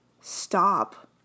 stop